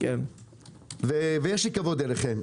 יש לי כבוד אליכם.